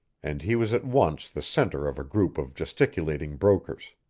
and he was at once the center of a group of gesticulating brokers.